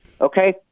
Okay